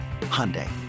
Hyundai